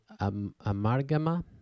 Amargama